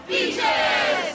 Beaches